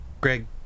Greg